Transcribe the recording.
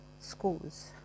schools